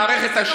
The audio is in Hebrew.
מה זה לא משנה?